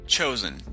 Chosen